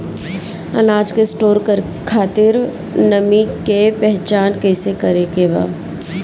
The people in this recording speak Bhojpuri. अनाज के स्टोर करके खातिर नमी के पहचान कैसे करेके बा?